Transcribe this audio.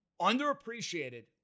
underappreciated